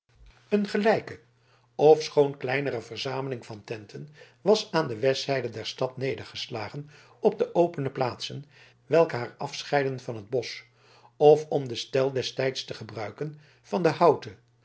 een gelijke ofschoon kleinere verzameling van tenten was aan de westzijde der stad nedergeslagen op de opene plaatsen welke haar afscheidden van het bosch of om den stijl des tijds te gebruiken van den houte